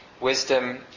wisdom